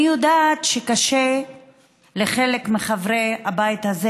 אני יודעת שקשה לחלק מחברי הבית הזה